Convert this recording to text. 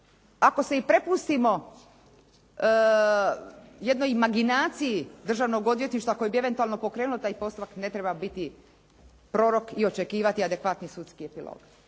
Ako se i prepustimo jednog imaginaciji državnog odvjetništva koji bi eventualno pokrenuo taj postupak ne treba biti prorok i očekivati adekvatni sudski epilog.